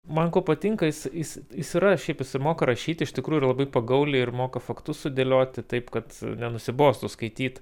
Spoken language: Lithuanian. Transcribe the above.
man kuo patinka jis jis jis yra šiaip jisai moka rašyti iš tikrųjų ir labai pagauliai ir moka faktus sudėlioti taip kad nenusibostų skaityt